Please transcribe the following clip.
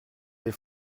des